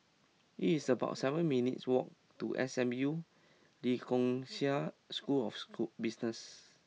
it's about seven minutes' walk to S M U Lee Kong Chian School of Business